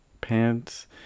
pants